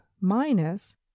minus